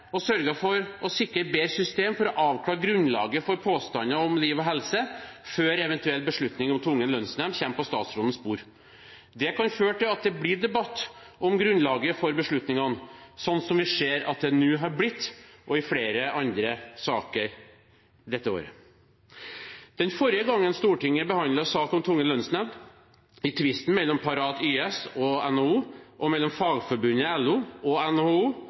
for å sikre et bedre system for å avklare grunnlaget for påstander om fare for liv og helse før en eventuell beslutning om tvungen lønnsnemnd kommer på statsrådens bord. Det kan føre til at det blir debatt om grunnlaget for beslutningene, sånn vi ser det har blitt nå og i flere andre saker dette året. Den forrige gangen Stortinget behandlet en sak om tvungen lønnsnemnd – i tvisten mellom Parat/YS og NHO og mellom Fagforbundet/LO og NHO